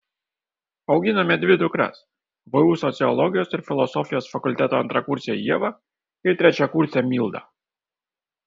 auginame dvi dukras vu sociologijos ir filosofijos fakulteto antrakursę ievą ir trečiakursę mildą